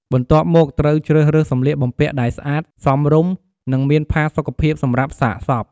បន្ទាប់មកត្រូវជ្រើសរើសសម្លៀកបំពាក់ដែលស្អាត សមរម្យ និងមានផាសុកភាពសម្រាប់សាកសព។